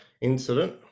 incident